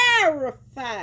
terrified